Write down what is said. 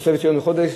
תוספת של יום לחודש.